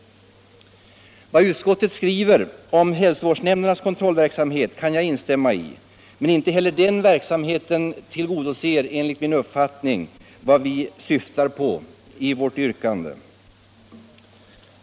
Vad utskottet skriver om hälsovårdsnämndernas kontrollverksamhet kan jag instämma i. Men inte heller den verksamheten tillgodoser enligt min uppfattning vad vi syftar på i vårt yrkande.